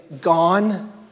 gone